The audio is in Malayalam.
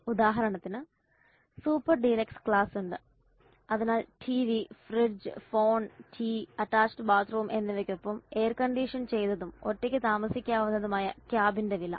ഉദാഹരണത്തിന് സൂപ്പർ ഡീലക്സ് ക്ലാസ് ഉണ്ട് അതിനാൽ TV fridge phone tea attached bathroom എന്നിവയ്ക്കൊപ്പം എയർകണ്ടീഷൻ ചെയ്തതും ഒറ്റയ്ക്ക് താമസിക്കാവുന്നതുമയ ക്യാബിന്റെ വില